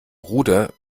ruder